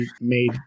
made